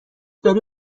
داری